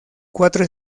cuatro